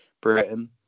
Britain